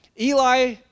Eli